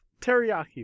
teriyaki